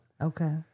Okay